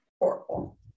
Horrible